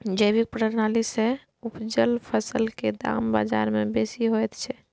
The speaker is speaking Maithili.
जैविक प्रणाली से उपजल फसल के दाम बाजार में बेसी होयत छै?